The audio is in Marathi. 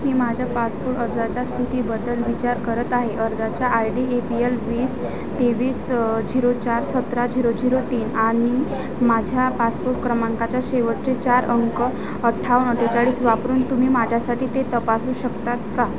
मी माझ्या पासपोर्ट अर्जाच्या स्थितीबद्दल विचार करत आहे अर्जाचा I D A P L वीस तेवीस झिरो चार सतरा झिरो झिरो तीन आणि माझ्या पासपोर्ट क्रमांकाच्या शेवटचे चार अंक अठ्ठावन अठ्ठेचाळीस वापरून तुम्ही माझ्यासाठी ते तपासू शकतात का